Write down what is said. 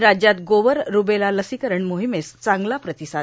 आणि राज्यात गोवर रुबेला लसीकरण मोहिमेस चांगला प्रतिसाद